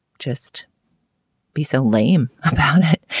just be so lame about it,